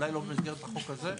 אולי לא במסגרת החוק הזה,